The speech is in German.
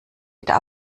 wieder